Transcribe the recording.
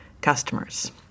customers